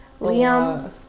Liam